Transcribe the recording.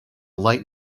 light